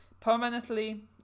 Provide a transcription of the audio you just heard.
permanently